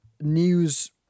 news